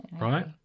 Right